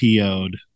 PO'd